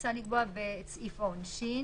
שמוצע לקבוע ואת סעיף העונשין.